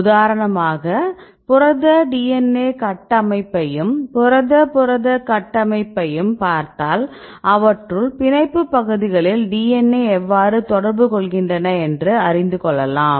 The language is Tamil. உதாரணமாக புரத DNA கட்டமைப்பையும் புரத புரத கட்டமைப்பையும் பார்த்தால் அவற்றுள் பிணைப்பு பகுதிகளில் DNA எவ்வாறு தொடர்பு கொள்கின்றன என்று அறிந்து கொள்ளலாம்